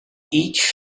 each